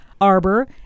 arbor